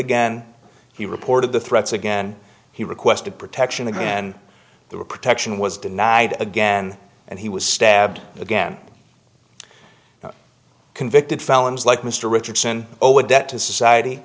again he reported the threats again he requested protection then they were protection was denied again and he was stabbed again convicted felons like mr richardson odette to society